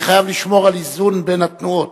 אני חייב לשמור על איזון בין התנועות.